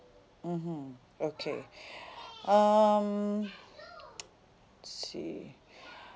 mmhmm okay um let's see